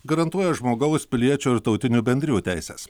garantuoja žmogaus piliečio ir tautinių bendrijų teises